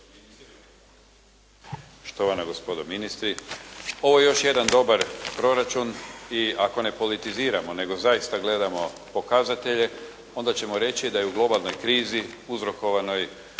štovana gospodo ministri, ovo je još jedan dobar proračun i ako ne politiziramo nego zaista gledamo pokazatelje, onda ćemo reći da je u globalnoj krizi uzrokovanoj